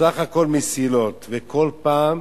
בסך הכול מסילות, וכל פעם